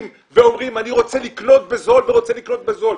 ואומרים שרוצים לקנות בזול ורוצים לקנות בזול.